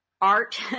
art